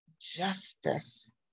justice